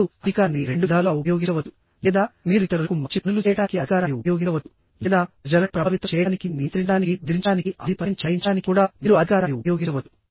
ఇప్పుడు అధికారాన్ని రెండు విధాలుగా ఉపయోగించవచ్చు లేదా మీరు ఇతరులకు మంచి పనులు చేయడానికి అధికారాన్ని ఉపయోగించవచ్చు లేదా ప్రజలను ప్రభావితం చేయడానికి నియంత్రించడానికి బెదిరించడానికి ఆధిపత్యం చెలాయించడానికి కూడా మీరు అధికారాన్ని ఉపయోగించవచ్చు